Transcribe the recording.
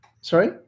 Sorry